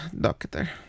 doctor